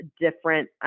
different